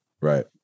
Right